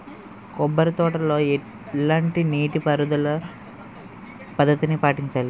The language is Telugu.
కొబ్బరి తోటలో ఎలాంటి నీటి పారుదల పద్ధతిని పాటించాలి?